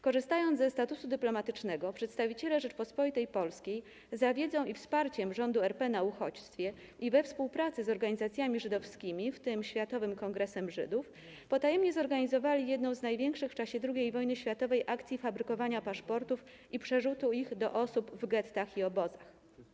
Korzystając ze statusu dyplomatycznego przedstawiciele Rzeczypospolitej Polskiej za wiedzą i wsparciem Rządu RP na Uchodźstwie i we współpracy z organizacjami żydowskimi, w tym Światowym Kongresem Żydów potajemnie zorganizowali jedną z największych w czasie II wojny światowej akcji fabrykowania paszportów i przerzutu ich do osób w gettach i obozach.